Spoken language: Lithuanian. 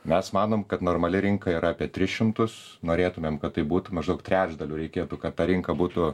mes manom kad normali rinka yra apie tris šimtus norėtumėm kad tai būtų maždaug trečdaliu reikėtų kad ta rinka būtų